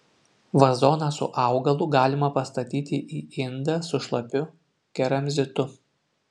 vazoną su augalu galima pastatyti į indą su šlapiu keramzitu